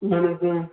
اہن حظ اۭں